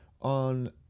on